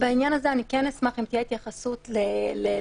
בעניין הזה אני אשמח אם תהיה התייחסות למקרים,